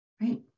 Right